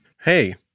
Hey